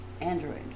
Android